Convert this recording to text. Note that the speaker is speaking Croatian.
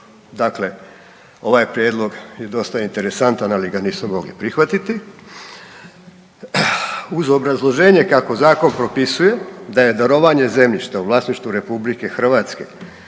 Dakle ovaj prijedlog je dosta interesantan, ali ga nismo mogli prihvatiti uz obrazloženje kako zakon propisuje da je darovanje zemljišta u vlasništvu RH,